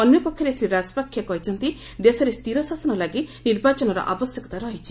ଅନ୍ୟପକ୍ଷରେ ଶ୍ରୀ ରାଜପାକ୍ଷେ କହିଛନ୍ତି ଦେଶରେ ସ୍ଥିର ଶାସନ ଲାଗି ନିର୍ବାଚନର ଆବଶ୍ୟକତା ରହିଛି